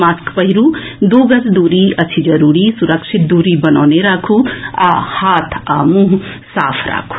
mask पहिरू दू गज दूरी अछि जरूरी सुरक्षित दूरी बनौने राखू आओर हाथ आ मुंह साफ राखू